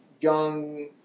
young